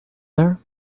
there